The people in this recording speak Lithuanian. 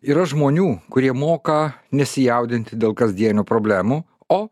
yra žmonių kurie moka nesijaudinti dėl kasdienių problemų o